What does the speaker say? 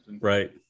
Right